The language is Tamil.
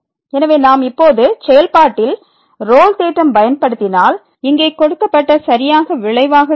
எனவே நாம் இப்போது செயல்பாட்டில்ரோல் தேற்றம் பயன்படுத்தினால் இங்கே கொடுக்கப்பட்ட சரியாக விளைவாக கிடைக்கும்